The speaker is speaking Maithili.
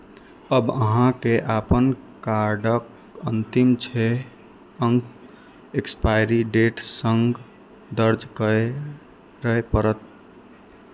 आब अहां के अपन कार्डक अंतिम छह अंक एक्सपायरी डेटक संग दर्ज करय पड़त